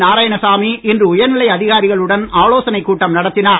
நாராயணசாமி இன்று உயர்நிலை அதிகாரிகளுடன் ஆலோசனைக் கூட்டம் நடத்தினார்